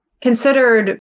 considered